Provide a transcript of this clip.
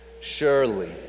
surely